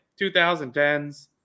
2010s